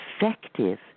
effective